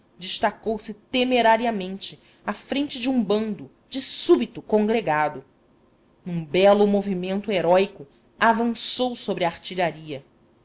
destacou-se temerariamente à frente de um bando de súbito congregado num belo movimento heróico avançou sobre a artilharia